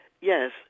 Yes